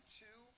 two